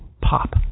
pop